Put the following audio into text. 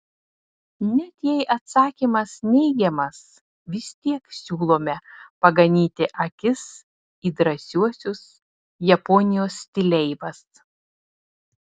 net jei atsakymas neigiamas vis tiek siūlome paganyti akis į drąsiuosius japonijos stileivas